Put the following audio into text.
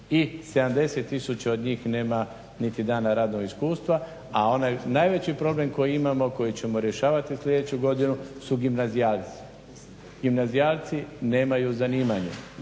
tisuća od njih nema niti dana radnog iskustva, a onaj najveći problem kojim imamo, koji ćemo rješavati sljedeću godinu su gimnazijalci. Gimnazijalci nemaju zanimanje.